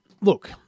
look